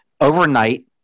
overnight